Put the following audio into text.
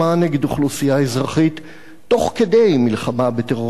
אוכלוסייה אזרחית תוך כדי מלחמה בטרוריסטים,